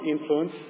influence